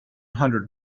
hundred